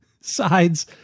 sides